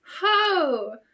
Ho